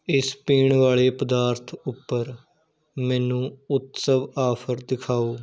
ਇਸ ਪੀਣ ਵਾਲੇ ਪਦਾਰਥ ਉੱਪਰ ਮੈਨੂੰ ਉਤਸਵ ਆਫ਼ਰ ਦਿਖਾਓ